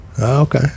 Okay